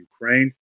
Ukraine